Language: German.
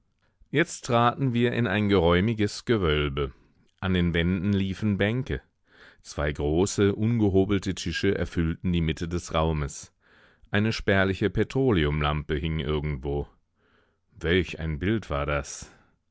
jetzt traten wir in ein geräumiges gewölbe an den wänden liefen bänke zwei große ungehobelte tische erfüllten die mitte des raumes eine spärliche petroleumlampe hing irgendwo welch ein bild war das